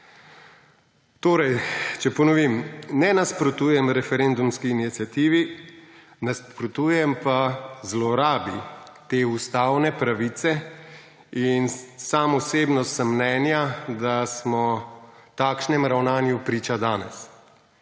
Torej če ponovim, ne nasprotujem referendumski iniciativi. Nasprotujem pa zlorabi te ustavne pravice. Sam osebno sem mnenja, da smo takšnemu ravnanju priča danes.